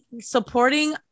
supporting